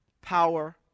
power